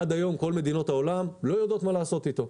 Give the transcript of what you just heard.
עד היום כל מדינות העולם לא יודעות מה לעשות איתו.